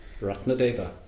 Ratnadeva